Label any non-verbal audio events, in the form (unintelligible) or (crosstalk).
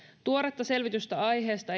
tuoretta selvitystä aiheesta (unintelligible)